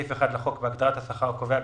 בסעיף 1 לחוק, בהגדרת השכר הקובע,